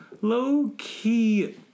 low-key